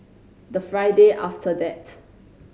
the Friday after that